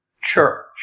church